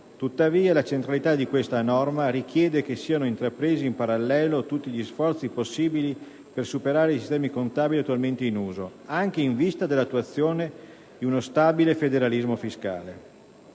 Tuttavia, la centralità di questa norma richiede che siano intrapresi in parallelo tutti gli sforzi possibili per superare i sistemi contabili attualmente in uso, anche in vista dell'attuazione di uno stabile federalismo fiscale.